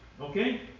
Okay